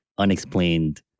unexplained